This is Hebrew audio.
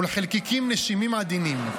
ולחלקיקים נשימים עדינים.